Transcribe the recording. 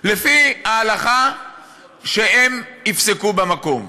לפי ההלכה שהם יפסקו במקום.